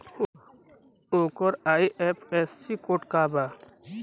ओकर IFSC code का बा?